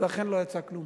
ואכן לא יצא כלום.